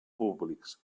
públics